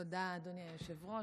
תודה, אדוני היושב-ראש.